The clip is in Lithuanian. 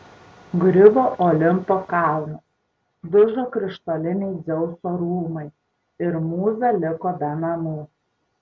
griuvo olimpo kalnas dužo krištoliniai dzeuso rūmai ir mūza liko be namų